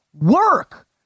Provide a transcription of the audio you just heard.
work